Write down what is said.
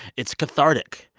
it's cathartic.